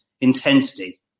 intensity